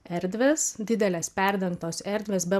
erdvės didelės perdengtos erdvės be